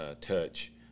touch